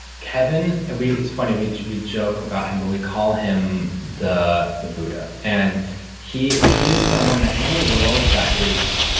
kevin, and it's funny, we we joke about him, but we call him the the buddha. and he he is someone that in a world that is,